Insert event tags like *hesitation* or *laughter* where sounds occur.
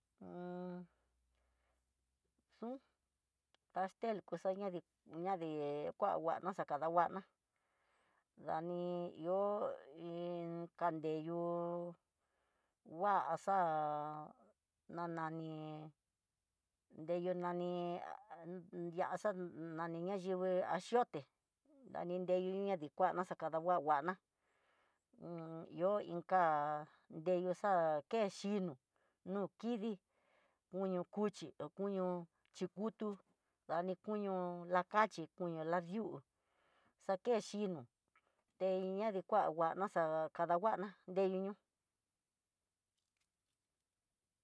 *hesitation* *hesitation* pastel kuxanadi ñadi, kuá va'á na kadanguana, dani ihó kande yu'ú, nguaxa na nani nreyu nani nriaxa nani anyivii, ayioté dani nreyu na nikuana, xakada ngua nguana *hesitation* ihó inka, eixa ké xhinó, no kidii koño cuchí ho koño chikutu, dani kuñu lakaxhi, koño ladiú xakexhi te ña ñadikuana, xa kanguana deyu ñoo.